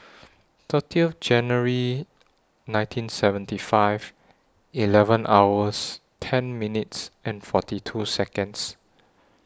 thirty January nineteen seventy five eleven hours ten minutes forty two Seconds